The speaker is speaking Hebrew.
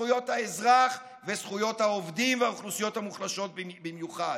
זכויות האזרח וזכויות העובדים והאוכלוסיות המוחלשות במיוחד.